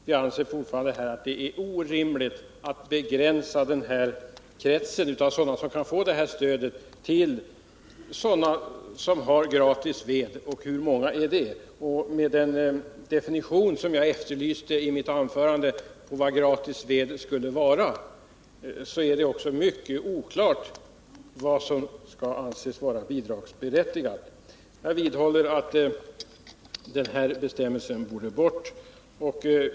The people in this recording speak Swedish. Jag anser fortfarande att det är orimligt att begränsa kretsen av dem som skall få detta stöd till sådana som har gratis ved. Hur många är det? Jag efterlyste f. ö. i mitt anförande en definition av vad som menas med gratis ved. Det är mycket oklart vad som skall anses bidragsberättigat. Jag vidhåller min åsikt att den här bestämmelsen borde bort.